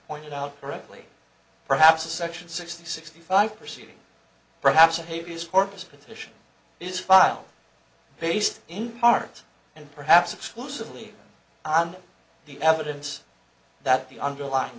pointed out correctly perhaps a section sixty sixty five proceeding perhaps in hades corpus petition is file based in part and perhaps exclusively on the evidence that the underlying